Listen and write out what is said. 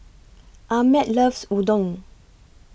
Ahmed loves Udon